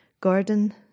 Gordon